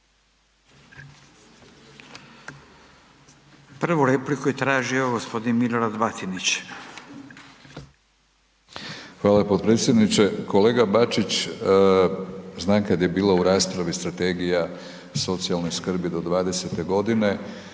Prvu repliku je tražio gospodin Milorad Batinić. **Batinić, Milorad (HNS)** Hvala potpredsjedniče. Kolega Bačić, znam kad je bila u raspravi strategija socijalne skrbi do '20.-te godine